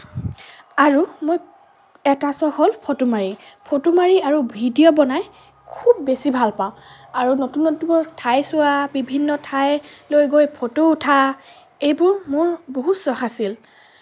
আৰু মোৰ এটা চখ হ'ল ফটো মাৰি ফটো মাৰি আৰু ভিডিও বনাই খুব বেছি ভাল পাওঁ আৰু নতুন নতুন ঠাই চোৱা বিভিন্ন ঠাইলৈ গৈ ফটো উঠা এইবোৰ মোৰ বহুত চখ আছিল